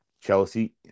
Chelsea